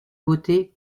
beauté